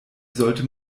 sollte